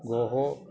गोः